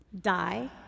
die